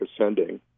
Ascending